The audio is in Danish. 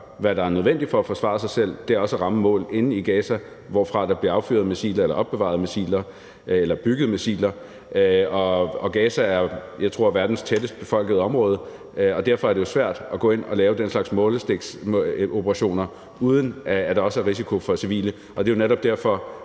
hvad der er nødvendigt for at forsvare sig selv, og det er også at ramme mål inde i Gaza, hvorfra der bliver affyret missiler, og hvor der bygges og opbevares missiler. Gaza er, tror jeg, verdens tættest befolkede område, og derfor er det jo svært at gå ind og lave den slags nålestiksoperationer, uden at der også er risiko for civile.